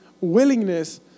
willingness